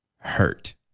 hurt